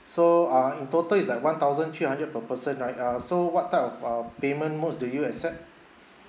so uh in total it's like one thousand three hundred per person right uh so what type of uh payment modes do you accept?